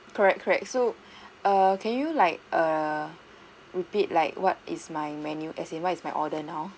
correct correct so err can you like err repeat like what is my menu as in what is my order now